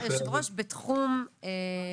והוא יהיה היושב ראש בתחום זה.